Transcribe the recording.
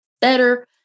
better